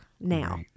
now